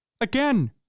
again